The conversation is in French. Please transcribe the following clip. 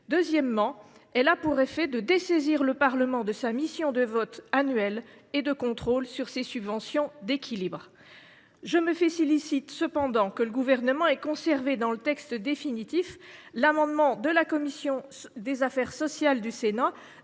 Deuxièmement, elle a pour effet de dessaisir le Parlement de sa mission de vote annuel et de contrôle sur ces subventions d’équilibre. Je me félicite cependant que le Gouvernement ait conservé, dans le texte définitif, l’amendement de la commission des affaires sociales du Sénat